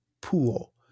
pool